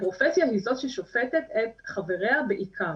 הפרופסיה היא זאת ששופטת את חבריה בעיקר.